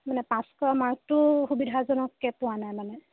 মানে পাছ কৰা মাৰ্কটোও সুবিধাজনককৈ পোৱা নাই মানে